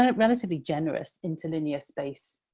um relatively generous interlinear space